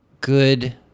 good